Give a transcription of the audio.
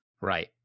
Right